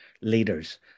leaders